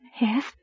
Yes